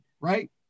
right